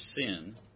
sin